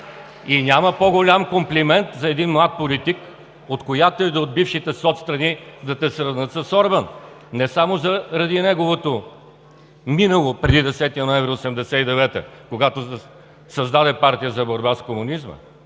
и няма по-голям комплимент за един млад политик, от която и да е от бившите соцстрани – да те сравнят с Орбан. Не само заради неговото минало преди 10-ти ноември 1989 г., когато създаде партия за борба с комунизма,